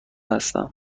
هستم